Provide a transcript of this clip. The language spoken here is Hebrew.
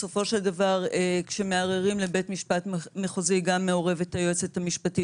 בסופו של דבר כשמערערים לבית משפט מחוזי גם מעורבת היועצת המשפטית.